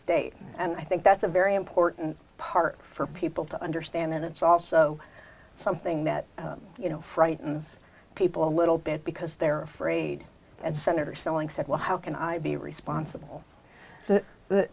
state and i think that's a very and orton's part for people to understand and it's also something that you know frightens people a little bit because they're afraid and senator selling said well how can i be responsible